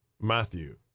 Matthew